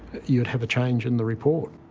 you'd have a change in the report.